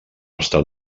estat